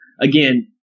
again